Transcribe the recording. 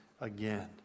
again